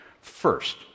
First